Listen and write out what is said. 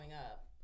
up